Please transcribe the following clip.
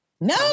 No